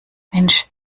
mensch